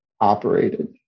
operated